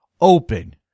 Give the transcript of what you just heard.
open